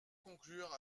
conclure